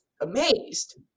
amazed